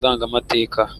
ndangamateka